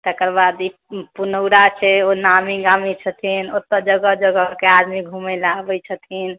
तकरबाद ई पुनौरा छै ओ नामीगिरामी छथिन्ह ओतय जगह जगहके आदमी घुमयलए आबै छथिन्ह